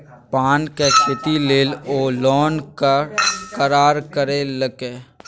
पानक खेती लेल ओ लोनक करार करेलकै